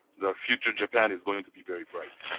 the future japan is going to be very bright.